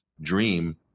dream